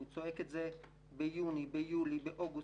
אני צועק את זה ביוני, ביולי, באוגוסט